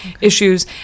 issues